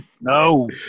No